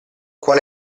qual